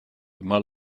immer